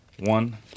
One